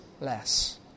less